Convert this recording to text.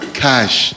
cash